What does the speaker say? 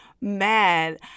mad